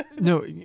No